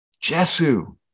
jesu